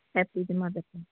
happy ਦੀ mother